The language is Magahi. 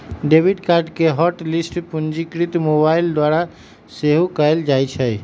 डेबिट कार्ड के हॉट लिस्ट पंजीकृत मोबाइल द्वारा सेहो कएल जाइ छै